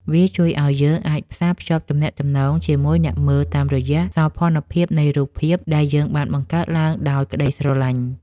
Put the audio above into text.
វាជួយឱ្យយើងអាចផ្សារភ្ជាប់ទំនាក់ទំនងជាមួយអ្នកមើលតាមរយៈសោភ័ណភាពនៃរូបភាពដែលយើងបានបង្កើតឡើងដោយក្តីស្រឡាញ់។